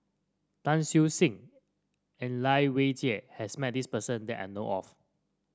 Tan Siew Sin and Lai Weijie has met this person that I know of